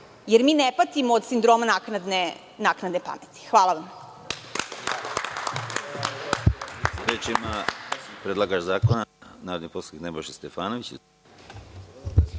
jer mi ne patimo od sindroma naknadne pameti. Hvala vam.